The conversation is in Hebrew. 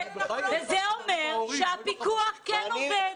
וזה אומר שהפיקוח כן עובד.